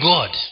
God